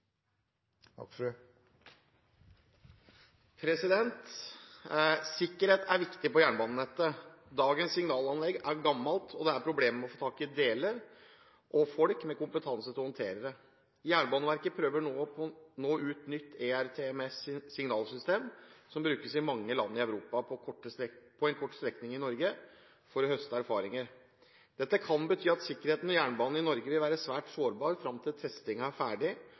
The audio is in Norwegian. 2019. «Sikkerhet er viktig på jernbanenettet. Dagens signalanlegg er gammelt, og det er problemer med å få tak i deler og folk med kompetanse til å håndtere det. Jernbaneverket prøver nå ut nytt ERTMS-signalsystem, som brukes i mange land i Europa, på en kort strekning i Norge for å høste erfaringer. Dette kan bety at sikkerheten og jernbanen i Norge vil være svært sårbar, frem til testingen er ferdig